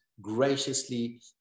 graciously